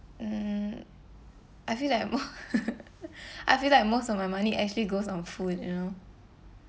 uh I feel like mo~ I feel like most of my money actually goes on food you know